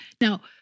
Now